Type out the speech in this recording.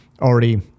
already